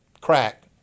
crack